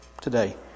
today